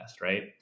right